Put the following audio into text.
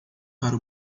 para